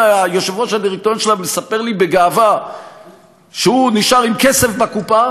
יושב-ראש הדירקטוריון שלה ומספר לי בגאווה שהוא נשאר עם כסף בקופה,